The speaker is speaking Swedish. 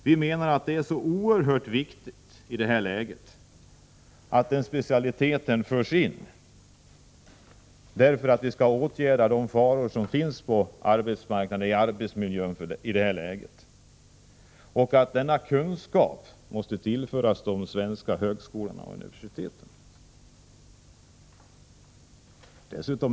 Vi menar att det är oerhört viktigt att denna specialitet inrättas, för att man skall kunna åtgärda de faror som finns i arbetsmiljön. Kunskap på detta område måste tillföras de svenska högskolorna och universiteten.